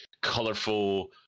colorful